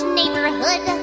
neighborhood